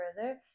further